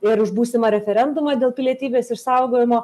ir už būsimą referendumą dėl pilietybės išsaugojimo